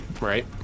Right